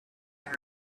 arab